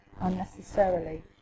unnecessarily